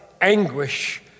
anguish